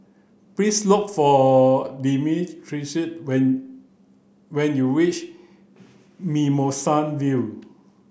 please look for Demetrius when when you reach Mimosa View